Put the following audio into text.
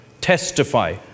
testify